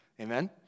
Amen